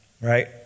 right